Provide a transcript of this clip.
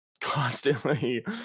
constantly